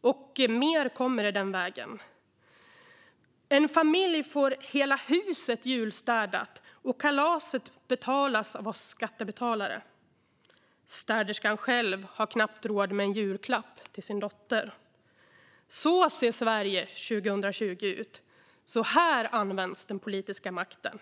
Och mer kommer i den vägen. En familj får hela huset julstädat, och det betalas av oss skattebetalare. Städerskan själv har knappt råd med en julklapp till sin dotter. Så ser Sverige 2020 ut. Så här används den politiska makten.